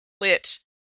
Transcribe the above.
lit